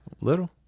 little